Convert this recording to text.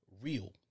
real